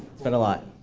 but a lot.